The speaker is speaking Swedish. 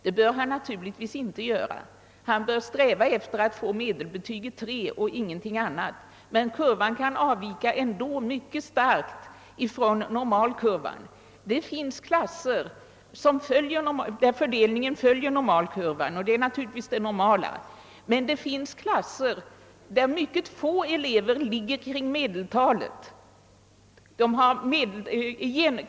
Det bör han naturligtvis inte göra. Han bör sträva efter att få medelbetyget 3 och inget annat, men kurvan kan ändå avvika mycket starkt från normalkurvan. Det finns klasser där fördelningen följer denna, och det är naturligtvis det normala, men det finns också klasser där mycket få elever ligger kring medeltalet.